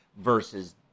versus